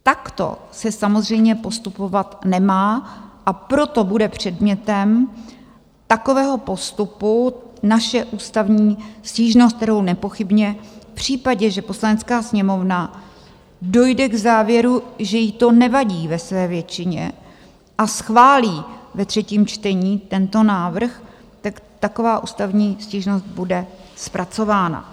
Takto se samozřejmě postupovat nemá, a proto bude předmětem takového postupu naše ústavní stížnost, kterou nepochybně v případě, že Poslanecká sněmovna dojde k závěru, že jí to nevadí ve své většině a schválí ve třetím čtení tento návrh, tak taková ústavní stížnost bude zpracována.